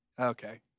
okay